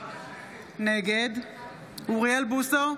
נגד אוריאל בוסו,